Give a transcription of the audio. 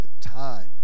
time